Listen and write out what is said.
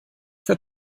für